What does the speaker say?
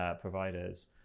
providers